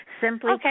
Simply